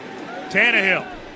Tannehill